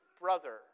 brother